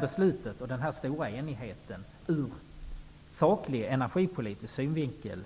Beslutet och den stora enigheten kring det är ur saklig energipolitisk synvinkel